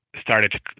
started